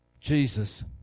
Jesus